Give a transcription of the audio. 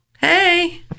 Hey